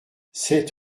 sept